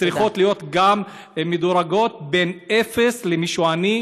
צריכים להיות מדורגות בין אפס למישהו עני,